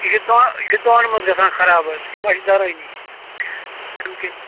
یہِ چھُ دۄہ یہِ چھُ دۄہَن منٛز گَژھان خراب حظ یہِ ما چھِ دَرٲنی اَمہِ کِنۍ